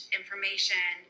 information